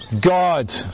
God